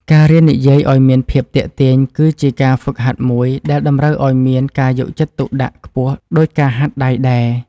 ការរៀននិយាយឱ្យមានភាពទាក់ទាញគឺជាការហ្វឹកហាត់មួយដែលតម្រូវឱ្យមានការយកចិត្តទុកដាក់ខ្ពស់ដូចការហាត់ដៃដែរ។